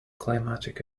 climatic